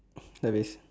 dah habis